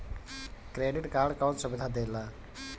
Credit card कौन सुबिधा देला?